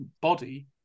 body